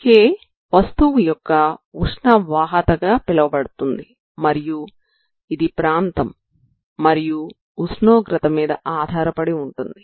K వస్తువు యొక్క ఉష్ణ వాహకత గా పిలవబడుతుంది మరియు ఇది ప్రాంతం మరియు ఉష్ణోగ్రత మీద ఆధారపడి ఉంటుంది